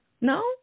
No